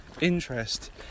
interest